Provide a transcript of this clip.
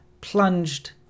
plunged